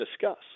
discuss